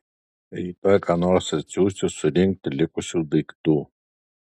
rytoj ką nors atsiųsiu surinkti likusių daiktų